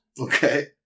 Okay